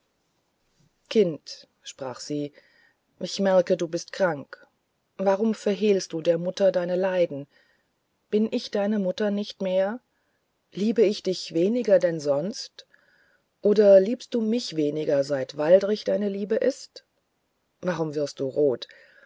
kind sprach sie ich merke du bist krank warum verhehlst du der mutter deine leiden bin ich deine mutter nicht mehr liebe ich dich weniger denn sonst oder liebst du mich weniger seit waldrich deine liebe ist warum wirst du rot